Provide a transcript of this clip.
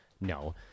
No